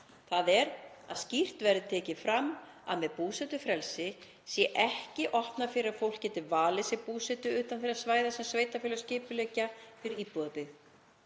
þ.e. að skýrt verði tekið fram að með búsetufrelsi sé ekki opnað fyrir að fólk geti valið sér búsetu utan þeirra svæða sem sveitarfélög skipuleggja fyrir íbúabyggð.